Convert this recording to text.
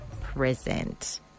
present